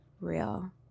real